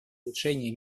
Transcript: улучшения